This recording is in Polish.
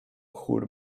chór